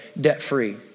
debt-free